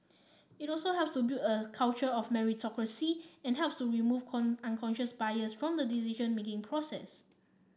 it also helps build a culture of meritocracy and helps to remove unconscious bias from the decision making process